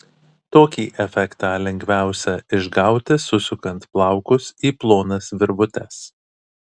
tokį efektą lengviausia išgauti susukant plaukus į plonas virvutes